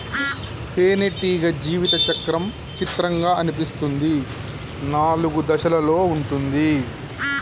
తేనెటీగ జీవిత చక్రం చిత్రంగా అనిపిస్తుంది నాలుగు దశలలో ఉంటుంది